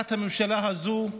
תחת הממשלה הזו,